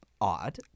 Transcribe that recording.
odd